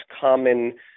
common